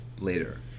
later